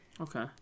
Okay